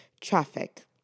traffic